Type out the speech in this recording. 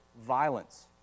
violence